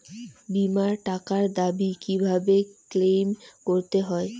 বিমার টাকার দাবি কিভাবে ক্লেইম করতে হয়?